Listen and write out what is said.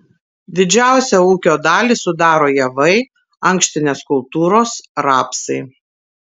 didžiausią ūkio dalį sudaro javai ankštinės kultūros rapsai